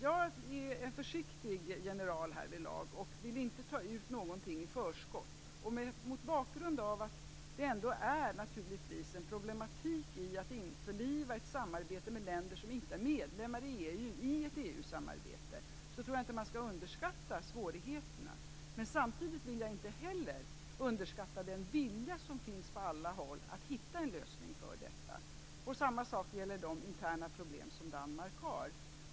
Jag är en försiktig general härvidlag och vill inte ta ut någonting i förskott. Mot bakgrund av att det naturligtvis ändå finns en problematik i att införliva länder som inte är medlemmar i EU i ett EU samarbete, tror jag inte att man skall underskatta svårigheterna. Men samtidigt vill jag inte heller underskatta den vilja som finns på alla håll att finna en lösning för detta. Samma sak gäller de interna problem som Danmark har.